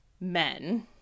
men